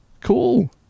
Cool